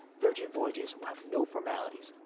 virgin voyages will have no formalities,